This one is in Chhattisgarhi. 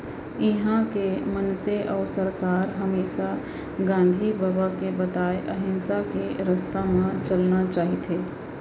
इहॉं के मनसे अउ सरकार हमेसा गांधी बबा के बताए अहिंसा के रस्ता म चलना चाहथें